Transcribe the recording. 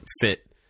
fit